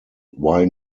why